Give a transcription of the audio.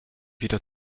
wieder